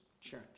church